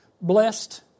blessed